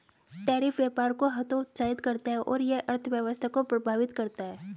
tariff व्यापार को हतोत्साहित करता है और यह अर्थव्यवस्था को प्रभावित करता है